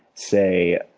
say,